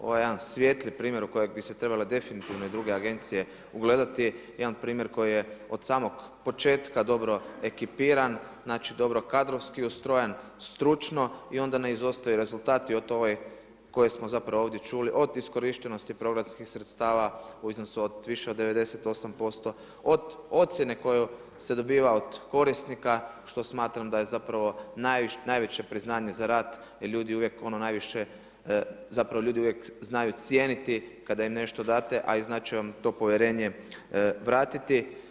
Ovo je jedan svijetli primjer u kojeg bi se trebale definitivno i druge agencije ugledati, jedan primjer koji je od samog početka dobro ekipiran, znači dobro kadrovski ustrojen, stručno i onda ne izostaju rezultati koje smo zapravo ovdje čuli od iskorištenosti proračunskih sredstava u iznosu od više od 98%, od ocjene koja se dobiva od korisnika što smatram da je zapravo najveće priznanje za rad jer ljudi uvijek zapravo znaju cijeniti kad im nešto date a i znat će vam to povjerenje vratiti.